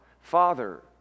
Father